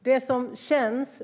Herr talman! Det som känns